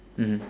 mmhmm